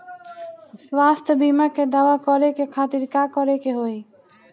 स्वास्थ्य बीमा के दावा करे के खातिर का करे के होई?